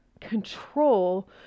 control